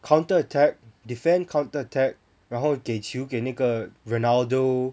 counter attack defend counter attack 然后给球给那个 ronaldo